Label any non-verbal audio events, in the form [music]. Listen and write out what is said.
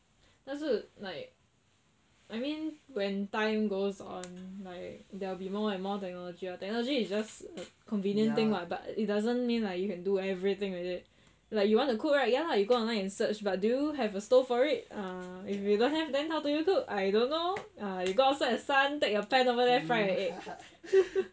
但是 like I mean when time goes on like there will be more and more technology ah technology is just convenient thing what but it doesn't mean like you can do everything with it like you want to cook right ya lah you go online and search but do you have a stove for it ah if you don't have then how do you cook I don't know ah you go outside the sun take a pan over there fried [laughs]